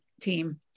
team